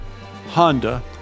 Honda